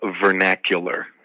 vernacular